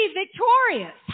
victorious